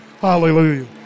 Hallelujah